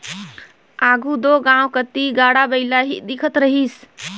आघु दो गाँव कती गाड़ा बइला ही दिखत रहिस